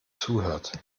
zuhört